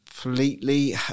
Completely